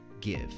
give